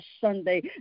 Sunday